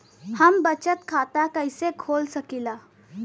हम बचत खाता कईसे खोल सकिला?